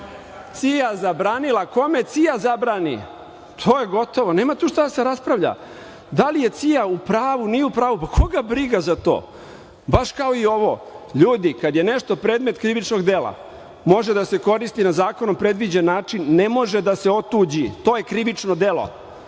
CIA zabranila. Kome CIA zabrani, to je gotovo, nema tu šta da se raspravlja. Da li je CIA u pravu, nije u pravu, koga briga za to, baš kao i ovo. Ljudi, kada je nešto predmet krivičnog dela može da se koristi na zakonom predviđen način, ne može da se otuđi. To je krivično delo.